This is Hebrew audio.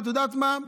את יודעת מה,